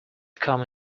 come